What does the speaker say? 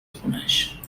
خونش